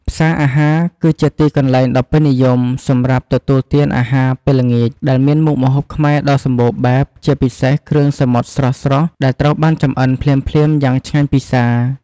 ផ្សារអាហារគឺជាទីកន្លែងដ៏ពេញនិយមសម្រាប់ទទួលទានអាហារពេលល្ងាច ដែលមានមុខម្ហូបខ្មែរដ៏សម្បូរបែប ជាពិសេសគ្រឿងសមុទ្រស្រស់ៗ ដែលត្រូវបានចម្អិនភ្លាមៗយ៉ាងឆ្ងាញ់ពិសា។